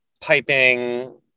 piping